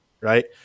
right